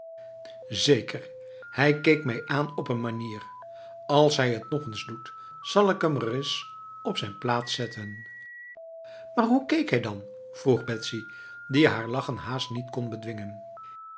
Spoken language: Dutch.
zeker hij keek mij aan op een manier als hij het nog eens doet zal ik hem reis op zijn plaats zettenf maar hoe keek hij dan vroeg betsy die haar lachen haast niet kon bedwingen